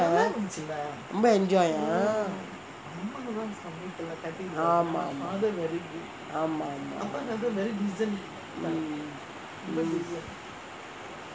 ரொம்ப:romba enjoy ah ஆமா ஆமா:aama aama